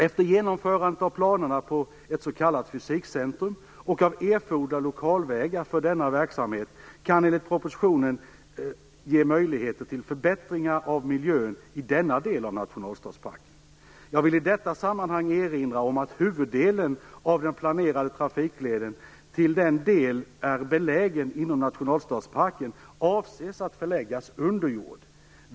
Ett genomförande av planerna på ett s.k. Fysikcentrum och av erforderliga lokalvägar för denna verksamhet kan enligt propositionen ge möjligheter till förbättringar av miljön i denna del av nationalstadsparken. Jag vill i detta sammanhang erinra om att huvuddelen av den planerade trafikleden till den del den är belägen inom nationalstadsparken avses att förläggas under jord.